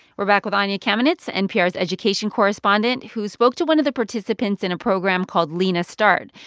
we're back with anya kamenetz, npr's education correspondent who spoke to one of the participants in a program called lena start,